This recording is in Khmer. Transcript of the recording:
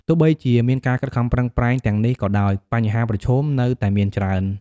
ទោះបីជា មានការខិតខំប្រឹងប្រែងទាំងនេះក៏ដោយ បញ្ហាប្រឈមនៅតែមានច្រើន។